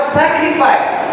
sacrifice